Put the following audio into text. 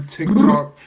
TikTok